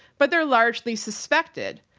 but they're largely suspected.